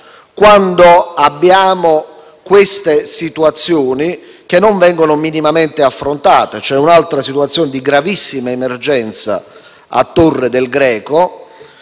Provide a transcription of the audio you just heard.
quando abbiamo queste situazioni che non vengono minimamente affrontate. C'è un'altra situazione di gravissima emergenza a Torre del Greco